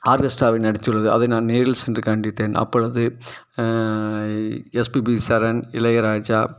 ஆர்கெஸ்ட்ராவை நடத்தியுள்ளது அதை நான் நேரில் சென்று கண்டித்தேன் அப்பொழுது எஸ்பிபி சரண் இளையராஜா